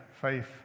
faith